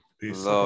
Peace